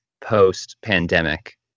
post-pandemic